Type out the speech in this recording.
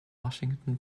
washington